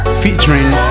featuring